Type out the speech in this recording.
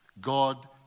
God